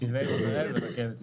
נתיבי ישראל ורכבת ישראל.